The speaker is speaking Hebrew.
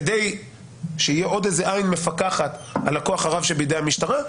כדי שתהיה עוד עין מפקחת על הכוח הרב שבידי המשטרה,